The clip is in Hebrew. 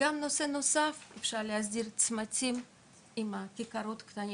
עניין נוסף הוא שאפשר להסדיר צמתים עם כיכרות קטנים,